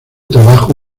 trabajo